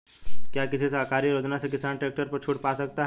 क्या किसी सरकारी योजना से किसान ट्रैक्टर पर छूट पा सकता है?